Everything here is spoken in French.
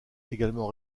également